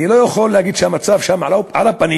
אני לא יכול להגיד שהמצב שם על הפנים,